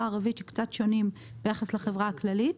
הערבית שהם קצת שונים ביחס לחברה הכללית,